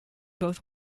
both